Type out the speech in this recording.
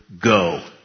go